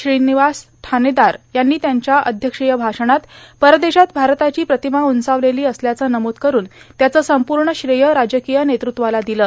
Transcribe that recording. श्रीानवास ठाणेदार यांनी त्यांच्या अध्यक्षीय भाषणात परदेशात भारताची प्र्रातमा उंचावलेला असल्याचं नमूद करून त्याचं संपूण श्रेय राजकांय नेतृत्वाला दिलं